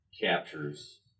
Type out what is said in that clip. captures